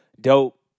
dope